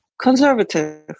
conservative